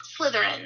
Slytherin